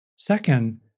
Second